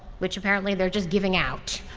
which apparently they're just giving out.